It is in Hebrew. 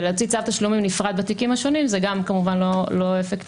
ולהוציא צו תשלומים נפרד בתיקים השונים זה גם כמובן לא אפקטיבי,